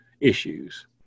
issues